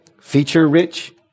feature-rich